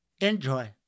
Enjoy